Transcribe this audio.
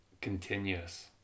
continuous